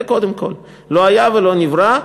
זה, קודם כול, לא היה ולא נברא.